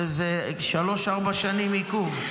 זה שלוש, ארבע שנים עיכוב.